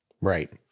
Right